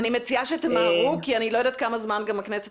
אני מציעה שתמהרו כי אני לא יודעת כמה זמן גם הכנסת